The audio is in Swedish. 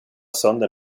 sönder